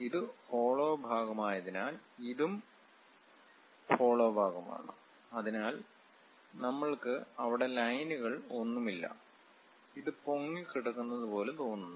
ഇത് ഹോളോ ഭാഗമായതിനാൽ ഇതും ഹോളോ ഭാഗമാണ് അതിനാൽ നമ്മൾക്ക് അവിടെ ലൈനുകൾ ഒന്നുമില്ല അത് പൊങ്ങിക്കിടക്കുന്നതുപോലെ തോന്നുന്നു